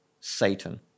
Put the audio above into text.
Satan